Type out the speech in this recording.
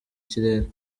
kirere